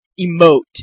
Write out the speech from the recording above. emote